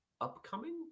upcoming